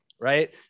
Right